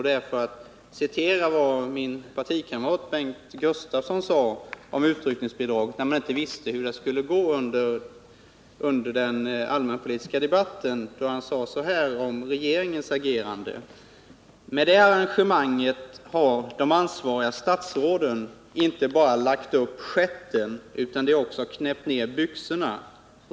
Därför vill jag citera vad min partikamrat Bengt Gustavsson sade om utryckningsbidraget under den allmänpolitiska debatten, när man inte visste hur det skulle gå. Han anförde då: ”Med det arrangemanget har de ansvariga statsråden inte bara lagt upp stjärten, utan de har också knäppt ner byxorna.